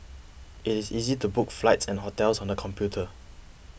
it is easy to book flights and hotels on the computer